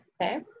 okay